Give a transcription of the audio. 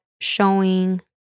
showing